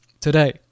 today